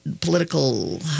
political